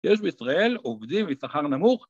יש בישראל עובדים משכר נמוך